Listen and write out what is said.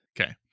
Okay